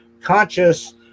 conscious